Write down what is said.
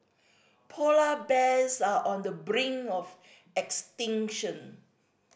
polar bears are on the brink of extinction